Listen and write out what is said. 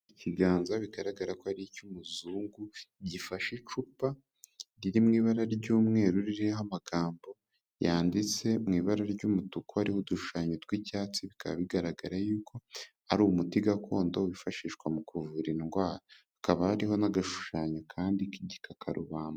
Ikiganza bigaragara ko ari icy'umuzungu, gifashe icupa riri mu ibara ry'umweru, ririho amagambo yanditse mu ibara ry'umutuku, hariho udushushanyo tw'icyatsi, bikaba bigaragara yuko ari umuti gakondo wifashishwa mu kuvura indwara, hakaba hariho n'agashushanyo kandi k'igikakarubamba.